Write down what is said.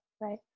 Right